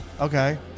Okay